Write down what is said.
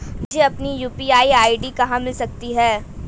मुझे अपनी UPI ID कहां मिल सकती है?